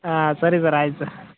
ಹಾಂ ಸರಿ ಸರ್ ಆಯಿತು